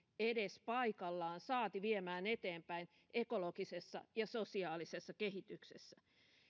edes paikallaan saati viemään eteenpäin ekologisessa ja sosiaalisessa kehityksessä